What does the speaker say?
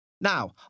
Now